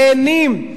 נהנים.